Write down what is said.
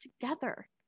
together